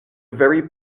very